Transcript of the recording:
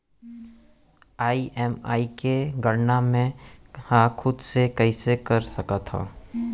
EMI के गड़ना मैं हा खुद से कइसे कर सकत हव?